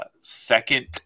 second